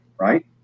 Right